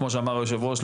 כמו שאמר היושב-ראש,